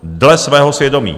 Dle svého svědomí.